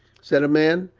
said a man.